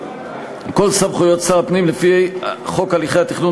כל סמכויות שר הפנים לפי חוק הליכי תכנון